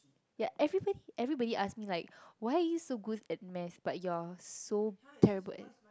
yeah everybody everybody ask me like why are you so good at math but you are so terrible at